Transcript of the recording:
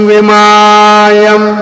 Vimayam